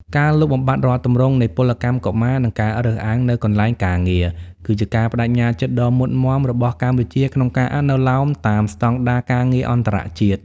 ការលុបបំបាត់រាល់ទម្រង់នៃពលកម្មកុមារ និងការរើសអើងនៅកន្លែងការងារ គឺជាការប្ដេជ្ញាចិត្តដ៏មុតមាំរបស់កម្ពុជាក្នុងការអនុលោមតាមស្ដង់ដារការងារអន្តរជាតិ ។